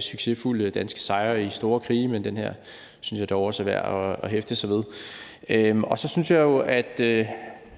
succesfulde danske sejre i store krige, men den her synes jeg dog også er værd at hæfte sig ved. Så synes jeg jo, at